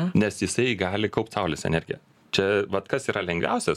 nes jisai gali kaupt saulės energiją čia vat kas yra lengviausias